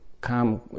come